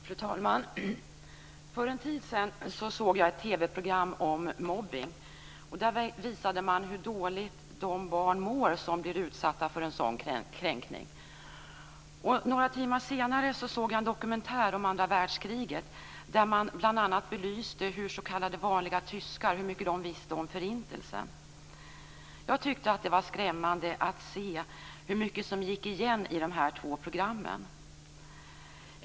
Fru talman! För en tid sedan såg jag ett TV program om mobbning. Där visade man hur dåligt de barn mår som blir utsatta för en sådan kränkning. Några timmar senare såg jag en dokumentär om andra världskriget, där man bl.a. belyste hur mycket s.k. vanliga tyskar visste om Förintelsen. Det var skrämmande att se hur mycket som gick igen i de två programmen.